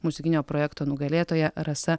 muzikinio projekto nugalėtoja rasa